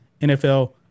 NFL